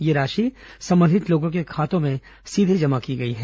यह राशि संबंधित लोगों के खातों में सीधे जमा की गई है